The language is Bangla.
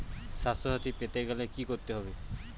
স্বাস্থসাথী পেতে গেলে কি করতে হবে?